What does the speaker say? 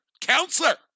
counselor